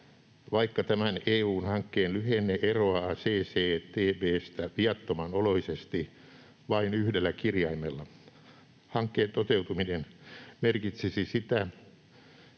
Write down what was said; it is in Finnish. Vaikka tämän EU:n hankkeen lyhenne eroaa CCTB:stä viattoman oloisesti vain yhdellä kirjaimella, hankkeen toteutuminen merkitsisi sitä,